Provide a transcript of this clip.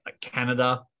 Canada